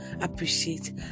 appreciate